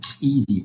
easy